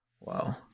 Wow